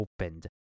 opened